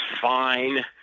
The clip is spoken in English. fine